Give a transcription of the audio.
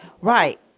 Right